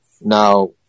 now